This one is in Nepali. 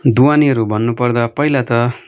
दोवानेहरू भन्नु पर्दा पहिला त